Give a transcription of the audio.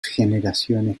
generaciones